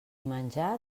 menjar